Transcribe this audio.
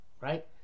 Right